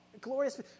glorious